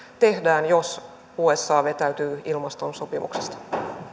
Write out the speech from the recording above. tehdään jos usa vetäytyy ilmastosopimuksesta